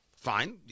fine